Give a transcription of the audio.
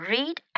Read